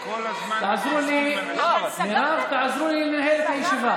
תעזרו לי, מירב, תעזרו לי לנהל את הישיבה.